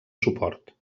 suport